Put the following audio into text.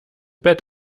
bett